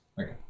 Okay